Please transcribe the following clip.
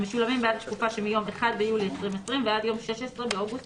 המשולמים בעד התקופה שמיום 1 ביולי 2020 ועד יום 16 באוגוסט